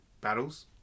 battles